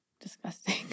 disgusting